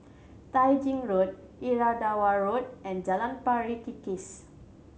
Tai Gin Road Irrawaddy Road and Jalan Pari Kikis